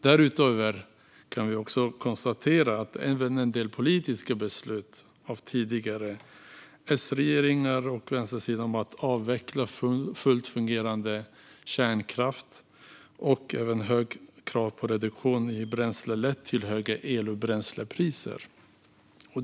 Därutöver kan vi konstatera att även en del politiska beslut av tidigare S-regeringar och vänstersidan om att avveckla fullt fungerande kärnkraft och om höga krav på reduktion i bränsle lett till höga el och bränslepriser.